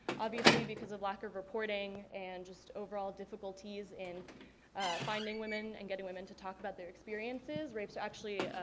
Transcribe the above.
obviously, because of lack of reporting and just over all difficulties in finding women and getting women to talk about their experiences, rapes are actually